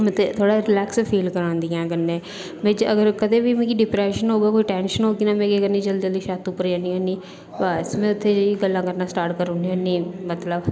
मतलब थोह्ड़ा relax feel करांदियां ऐ कन्नै में अगर कंदे बी मिगी डिपरेशन होग टैंशन होग ते में केह् करनी जल्दी जल्दी छत्त उप्पर जन्नी होन्नी बस में उत्थें जाइयै गल्लां करना स्टार्ट करी ओड़ना होन्नी मतलब